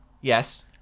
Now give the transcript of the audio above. yes